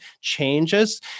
changes